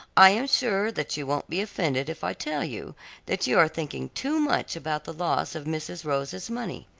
i am sure that you won't be offended if i tell you that you are thinking too much about the loss of mrs. rosa's money.